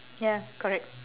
ya correct